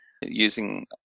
using